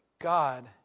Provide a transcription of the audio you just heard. God